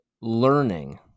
learning